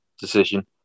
decision